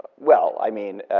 well, i mean,